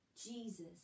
Jesus